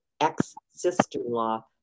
ex-sister-in-law